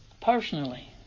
personally